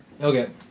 Okay